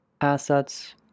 assets